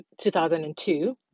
2002